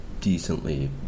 decently